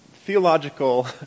theological